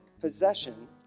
possession